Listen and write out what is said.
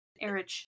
Eric